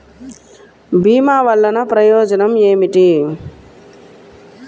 భీమ వల్లన ప్రయోజనం ఏమిటి?